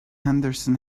henderson